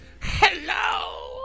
Hello